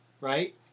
right